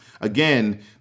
again